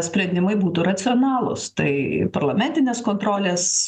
sprendimai būtų racionalūs tai parlamentinės kontrolės